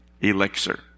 elixir